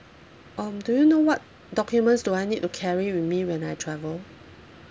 um do you know what documents do I need to carry with me when I travel